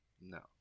No